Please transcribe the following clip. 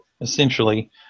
essentially